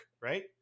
right